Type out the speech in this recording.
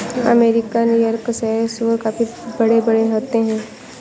American Yorkshire सूअर काफी बड़े बड़े होते हैं